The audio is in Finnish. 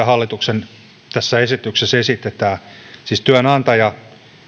hallituksen esityksessä esitetään siis työnantaja